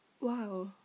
Wow